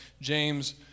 James